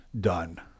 done